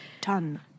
Ton